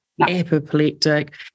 apoplectic